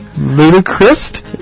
ludicrous